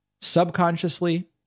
subconsciously